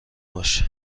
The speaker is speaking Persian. باش